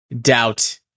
Doubt